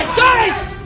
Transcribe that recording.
guys!